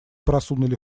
просунули